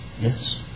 Yes